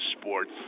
sports